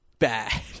Bad